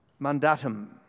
mandatum